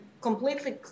completely